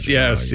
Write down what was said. yes